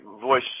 voice